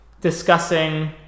discussing